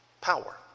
power